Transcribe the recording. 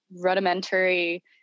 rudimentary